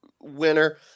winner